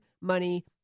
money